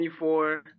24